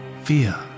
fear